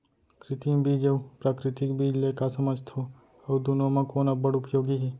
कृत्रिम बीज अऊ प्राकृतिक बीज ले का समझथो अऊ दुनो म कोन अब्बड़ उपयोगी हे?